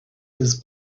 his